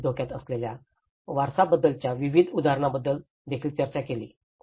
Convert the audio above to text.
आम्ही धोक्यात असलेल्या वारसाबद्दलच्या विविध उदाहरणांबद्दल देखील चर्चा केली